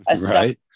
right